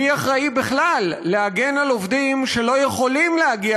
מי אחראי בכלל להגן על עובדים שלא יכולים להגיע